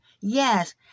yes